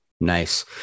Nice